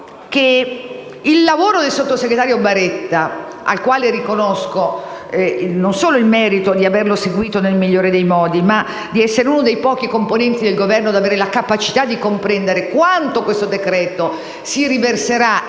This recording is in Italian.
il lavoro del sottosegretario Baretta, al quale riconosco non solo il merito di averlo seguito nel migliore dei modi, ma di essere uno dei pochi componenti del Governo ad avere la capacità di comprendere quanto questo decreto-leggesi riverserà